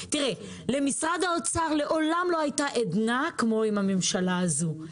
למשרד האוצר לעולם לא הייתה עדנה כמו עם הממשלה הזאת,